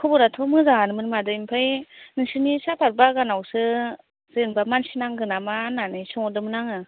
खब'राथ मोजाङानोमोन मादै ओआमफ्राय नोंसिनि साफार बागानावसो जेन'बा मानसि नांगौ नामा होन्नानै सोंहरदोंमोन आङो